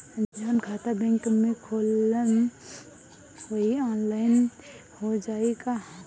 जवन खाता बैंक में खोलम वही आनलाइन हो जाई का?